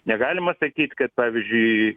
negalima sakyt kad pavyzdžiui